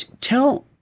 tell